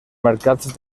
mercats